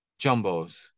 jumbos